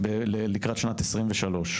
אבל לקראת שנת 23,